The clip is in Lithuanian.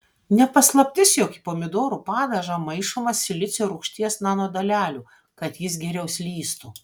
ne paslaptis jog į pomidorų padažą maišoma silicio rūgšties nanodalelių kad jis geriau slystų